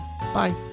Bye